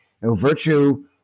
Virtue